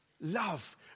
Love